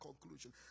conclusion